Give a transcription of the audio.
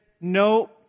no